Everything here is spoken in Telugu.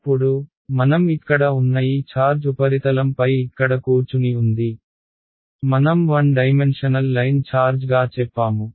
ఇప్పుడు మనం ఇక్కడ ఉన్న ఈ ఛార్జ్ ఉపరితలం పై ఇక్కడ కూర్చుని ఉంది మనం వన్ డైమెన్షనల్ లైన్ ఛార్జ్గా చెప్పాము